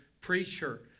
preacher